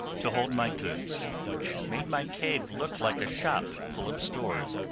to hold my goods, which made my cave look like a shop full of stores.